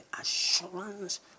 assurance